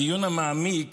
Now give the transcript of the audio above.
הדיון המעמיק